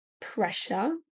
pressure